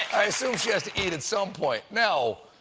i assume she has to eat at some point. now,